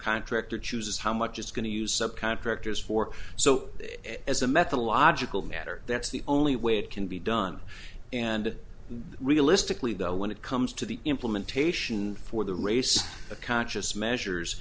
contractor chooses how much it's going to use subcontractors for so as a methodological matter that's the only way it can be done and realistically though when it comes to the implementation for the race conscious measures